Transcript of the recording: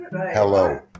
hello